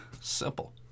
Simple